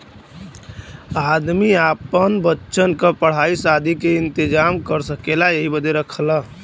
आदमी आपन बच्चन क पढ़ाई सादी के इम्तेजाम कर सकेला यही बदे रखला